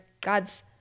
God's